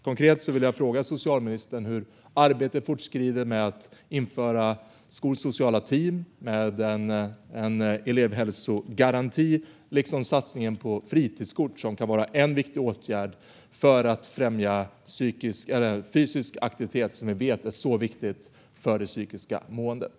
Konkret frågar jag socialministern: Hur fortskrider arbetet med att införa skolsociala team och en elevhälsogaranti, och hur går det med satsningen på fritidskortet, som kan vara en viktig åtgärd för att främja fysisk aktivitet, som vi vet är så viktigt för det psykiska måendet?